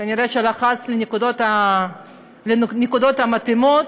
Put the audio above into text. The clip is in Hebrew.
כנראה הוא לחץ על הנקודות המתאימות,